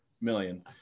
million